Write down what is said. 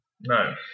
No